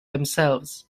themselves